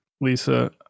Lisa